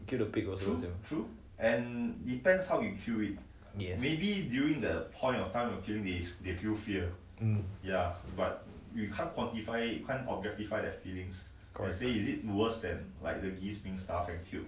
you kill the pig also ya hmm